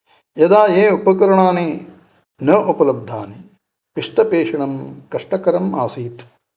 यदा ये उपकरणानि न उपलब्धानि पिष्टपेषणं कष्टकरम् आसीत्